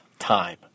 time